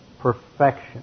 perfection